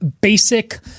basic